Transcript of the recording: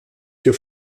für